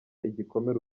igikomere